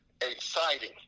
exciting